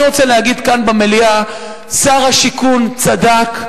אני רוצה להגיד כאן במליאה ששר השיכון צדק,